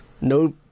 No